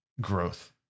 growth